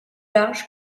large